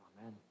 Amen